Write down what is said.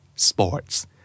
Sports